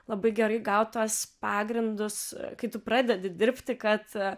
labai gerai gaut tuos pagrindus kai tu pradedi dirbti kad